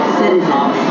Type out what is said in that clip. citizens